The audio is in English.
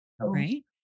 Right